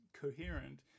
coherent